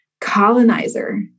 colonizer